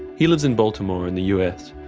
he lives in baltimore in the us,